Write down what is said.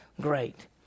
great